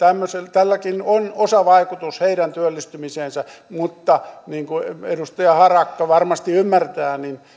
tälläkin on osavaikutus heidän työllistymiseensä mutta niin kuin edustaja harakka varmasti ymmärtää